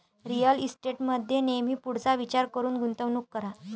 real इस्टेटमध्ये नेहमी पुढचा विचार करून गुंतवणूक करा